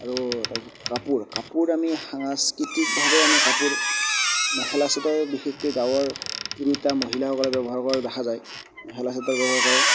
আৰু তাৰপিছত কাপোৰ কাপোৰ আমি সাংস্কৃতিকভাৱে আমি কাপোৰ মেখেলা চাদৰ বিশেষকৈ গাঁৱৰ তিৰোতা মহিলাসকলে ব্যৱহাৰ কৰা দেখা যায় মেখেলা চাদৰ ব্যৱহাৰ কৰে